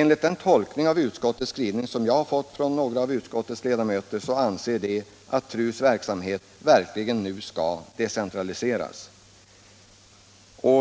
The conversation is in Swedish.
Enligt den tolkning av utskottets skrivning jag har fått från några av utskottets ledamöter är avsikten att TRU:s verksamhet verkligen nu skall decentraliseras